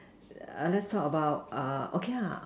let's talk about okay